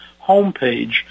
homepage